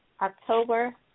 October